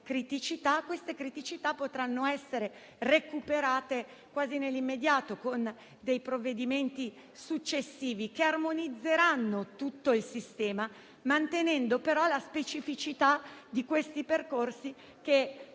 queste potranno essere recuperate quasi nell'immediato, con provvedimenti successivi che armonizzeranno tutto il sistema, mantenendo però la specificità dei percorsi che